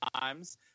times